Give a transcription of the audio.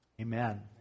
Amen